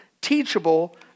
teachable